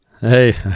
Hey